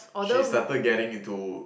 she started getting into